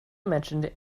mentioned